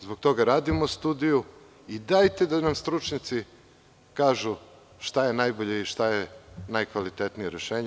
Zbog toga radimo studiju, i dajte da nam stručnjaci kažu šta je najbolje i šta je najkvalitetnije rešenje.